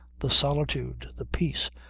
the solitude, the peace,